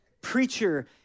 preacher